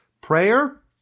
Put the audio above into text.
prayer